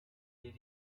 there